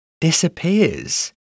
disappears